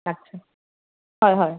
আচ্ছা হয় হয়